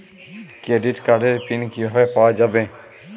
Credit কার্ডের PIN কিভাবে পাওয়া যাবে?